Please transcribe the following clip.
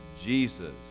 Jesus